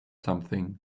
something